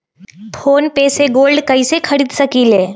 Phone पे से gold कईसे खरीद सकीले?